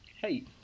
hey